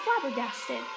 flabbergasted